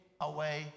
away